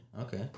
Okay